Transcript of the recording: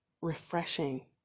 refreshing